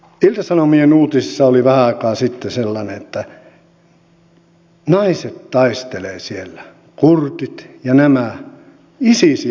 ilta sanomien uutisissa oli vähän aikaa sitten sellainen että naiset taistelevat siellä kurdit ja nämä isisiä vastaan